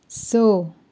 स